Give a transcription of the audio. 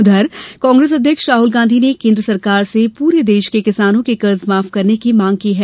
उधर कांग्रेस अध्यक्ष राहुल गांधी ने केन्द्र सरकार से पूरे देश के किसानों के कर्ज माफ करने की मांग की है